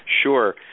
Sure